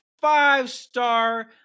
five-star